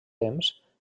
temps